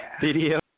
Video